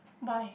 why